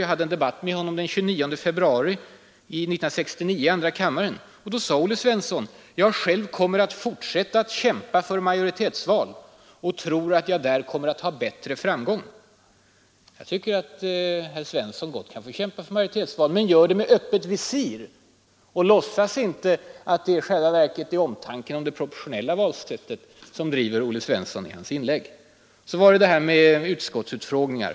Jag förde en debatt med honom den 29 februari 1969 i andra kammaren då han sade: ”Jag själv kommer att fortsätta att kämpa för majoritetsval och tror att jag där kommer att ha bättre framgång.” Jag tycker att herr Svensson gott kan få kämpa för majoritetsval, men han bör göra det med öppet visir och inte låtsas att det är omtanke om det proportionella valsättet. Så till frågan om utskottsutfrågningar.